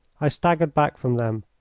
i staggered back from them.